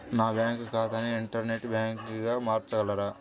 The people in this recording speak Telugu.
నా బ్యాంక్ ఖాతాని ఇంటర్నెట్ బ్యాంకింగ్గా మార్చగలరా?